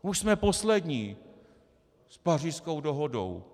Už jsme poslední s Pařížskou dohodou!